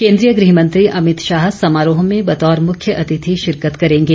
केंद्रीय गृह मंत्री अभित शाह समारोह में बतौर मुख्यातिथि शिरकत करेंगे